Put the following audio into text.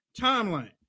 timeline